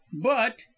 But